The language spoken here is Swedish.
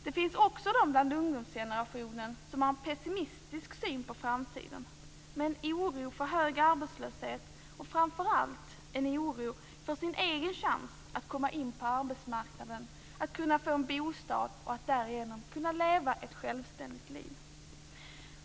Det finns också de bland ungdomsgenerationen som har en pessimistisk syn på framtiden, med en oro för hög arbetslöshet och framför allt en oro för sig egen chans att komma in på arbetsmarknaden, att få en bostad och därigenom kunna leva ett självständigt liv.